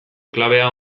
klabea